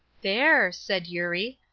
there! said eurie,